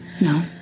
no